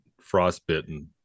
frostbitten